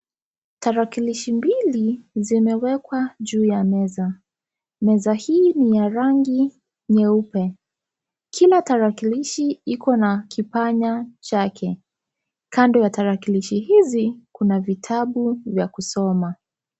Traakilishi mbili zimewekwa juu ya meza. Meza hii ni ya rangi nyeupe. Kila tarakilishi iko na kipanya chake. Kando ya tarakilishi hizi kuna vitabu vya kusoma.